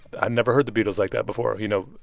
i'd never heard the beatles like that before. you know,